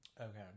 okay